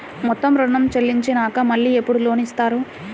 మొత్తం ఋణం చెల్లించినాక మళ్ళీ ఎప్పుడు లోన్ ఇస్తారు?